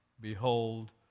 Behold